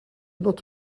not